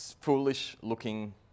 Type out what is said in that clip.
foolish-looking